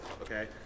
okay